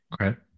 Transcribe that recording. Okay